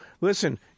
Listen